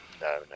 No